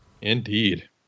Indeed